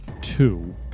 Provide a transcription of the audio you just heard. two